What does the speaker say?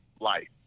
life